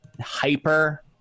hyper